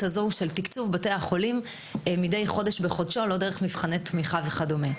הזו של תקצוב בתי החולים מדי חודש בחודשו ולא דרך מבחני תמיכה וכדומה.